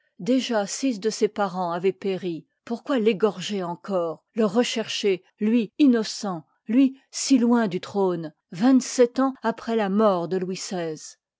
îdyà fetx de ses parens avôierit péri pourquoi f'gter encore le rechercher lui inobe j luî si loin du trône vingt-sept ans après la mort de louis